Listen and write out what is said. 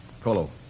Colo